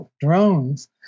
drones